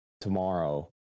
tomorrow